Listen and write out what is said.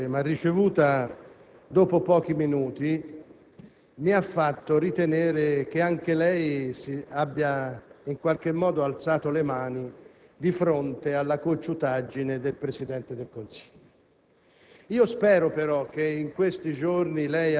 La sua risposta - per carità, cortese - ricevuta solo dopo pochi minuti mi ha fatto ritenere che anche lei abbia in qualche modo alzato le mani di fronte alla cocciutaggine del Presidente del Consiglio.